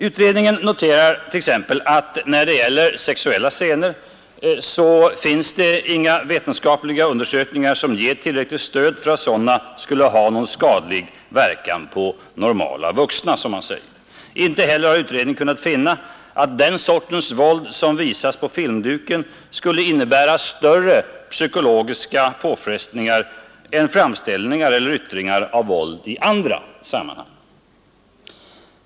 Utredningen noterar t.ex. att det när det gäller sexuella scener inte finns några vetenskapliga undersökningar som ger tillräckligt stöd för uppfattningen att sådana skulle ha någon skadlig verkan på normala vuxna, som man säger. Inte heller har utredningen kunnat finna att den sorts våld som visas på filmduken skulle innebära större psykisk påfrestning än framställningar eller yttringar av våld i andra sammanhang.